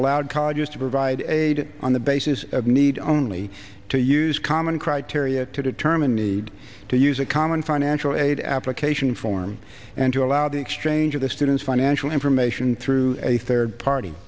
allowed colleges to provide aid on the basis of need only to use common criteria to determine need to use a common financial aid application form and to allow the exchange of the students financial information through a third party